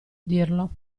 dirlo